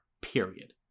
period